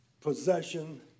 possession